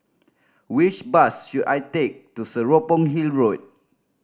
which bus should I take to Serapong Hill Road